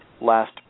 last